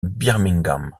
birmingham